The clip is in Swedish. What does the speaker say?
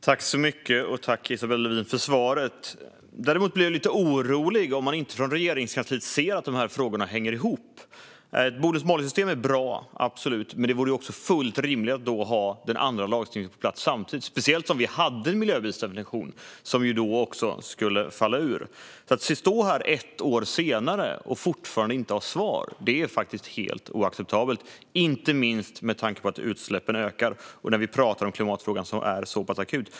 Fru talman! Tack, Isabella Lövin, för svaret! Jag blir dock lite orolig om man inte från Regeringskansliet ser att de här frågorna hänger ihop. Ett bonus-malus-system är bra, men det vore också fullt rimligt att samtidigt ha den andra lagstiftningen på plats, speciellt som vi hade en miljöbilsdefinition som då också skulle falla ur. Att stå här ett år senare och fortfarande inte ha svar är faktiskt helt oacceptabelt, inte minst med tanke på att utsläppen ökar. Vi talar om klimatfrågan, som är så pass akut.